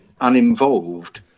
uninvolved